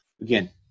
again